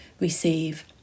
receive